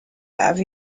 have